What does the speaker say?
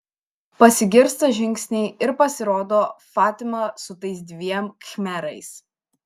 pasigirsta žingsniai ir pasirodo fatima su tais dviem khmerais